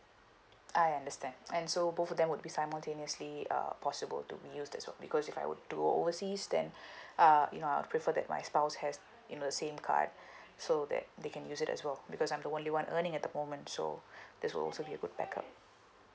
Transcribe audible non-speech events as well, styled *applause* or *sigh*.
I understand and so both of them would be simultaneously uh possible to be used as well because if I were to go overseas then *breath* uh you know I'll prefer that my spouse has you know the same card *breath* so that they can use it as well because I'm the only one earning at the moment so *breath* this will also be a good backup